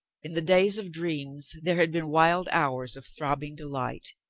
in the days of dreams there had been wild hours of throbbing delight.